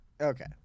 Okay